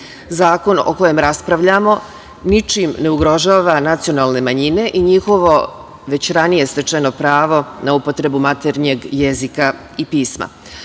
Zakon o kojem raspravljamo ničim ne ugrožava nacionalne manjine i njihovo već ranije stečeno pravo na upotrebu maternjeg jezika i pisma.